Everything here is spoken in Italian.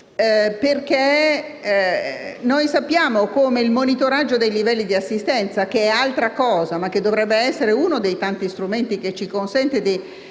Sappiamo infatti come il monitoraggio dei livelli di assistenza (che è altra cosa, ma che dovrebbe essere uno dei tanti strumenti che ci consente di